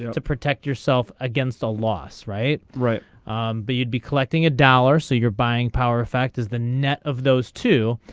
to protect yourself against a loss right right be you'd be collecting a dollar so your buying power effect is the net. of those two.